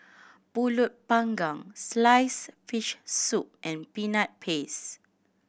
Pulut Panggang sliced fish soup and Peanut Paste